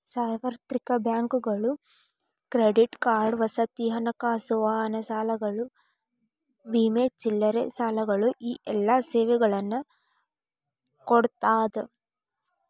ಸಾರ್ವತ್ರಿಕ ಬ್ಯಾಂಕುಗಳು credit card ವಸತಿ ಹಣಕಾಸು ವಾಹನ ಸಾಲಗಳು ವಿಮೆ ಚಿಲ್ಲರೆ ಸಾಲಗಳು ಈ ಎಲ್ಲಾ ಸೇವೆಗಳನ್ನ ಕೊಡ್ತಾದ